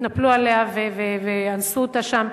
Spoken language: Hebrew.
התנפלו עליה ואנסו אותה שם.